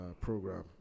program